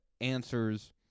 answers